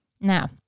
Now